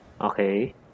Okay